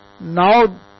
Now